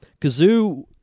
Kazoo